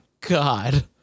God